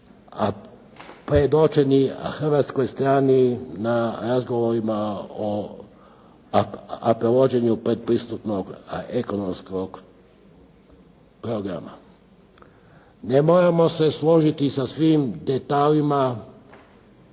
predočeni hrvatskoj strani na razgovorima o provođenju pretpristupnog ekonomskog programa. Ne moramo se složiti sa svim detaljima